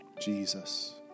Jesus